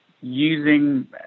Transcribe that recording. using